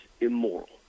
immoral